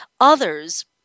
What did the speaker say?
Others